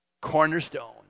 cornerstone